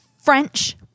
French